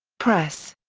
press.